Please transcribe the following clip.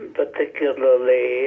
particularly